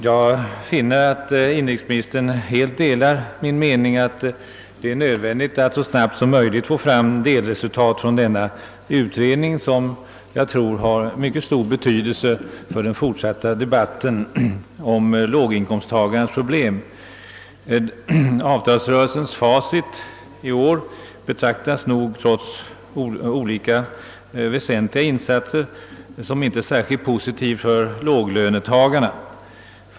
Jag finner att inrikesministern helt delar min mening att det är nödvändigt att så snabbt som möjligt få fram delresultat från denna utredning, något som jag tror kan ha mycket stor betydelse för den fortsatta debatten om låginkomsttagarnas problem. Avtalsrörelsens facit i år betraktas nog, trots olika väsentliga insatser, som inte särskilt positiv för låglönetagarna.